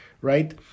right